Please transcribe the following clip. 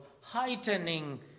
heightening